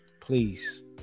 please